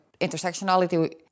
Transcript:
intersectionality